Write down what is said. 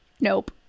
nope